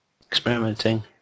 experimenting